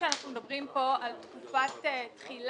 בגלל שאנחנו מדברים פה על תקופת תחילה